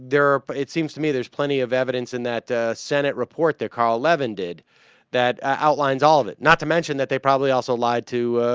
there are pretty it seems to me there's plenty of evidence in that ah. senate report the carl levin did that outlines all that not to mention that they probably also lied to